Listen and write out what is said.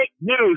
news